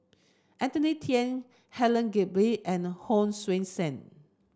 Anthony Then Helen Gilbey and Hon Sui Sen